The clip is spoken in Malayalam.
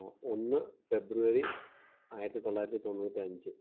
ഒന്ന് ഫെബ്രുവരി ആയിരത്തിത്തൊള്ളായിരത്തിത്തൊണ്ണൂറ്റഞ്ച്